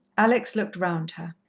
alex looked round her.